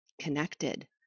connected